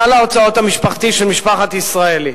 סל ההוצאות המשפחתי של משפחת ישראלי,